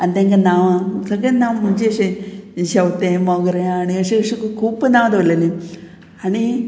आनी तांकां नांवां सगळें नांव म्हणजे अशें शेंवतें मोगऱ्यां अशें अशें खूब खूब नांव दवरलेलें आनी